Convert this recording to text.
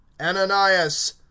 ananias